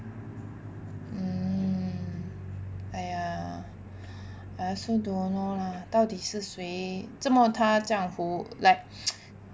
mm !aiya! I also don't know lah 到底是谁做么他这样狐 like